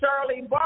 Shirley